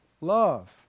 love